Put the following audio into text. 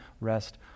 rest